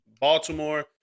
Baltimore